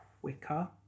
quicker